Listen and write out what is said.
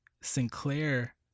Sinclair